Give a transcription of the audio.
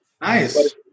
Nice